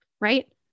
right